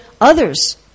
others